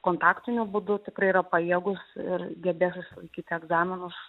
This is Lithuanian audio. kontaktiniu būdu tikrai yra pajėgūs ir gebės išlaikyti egzaminus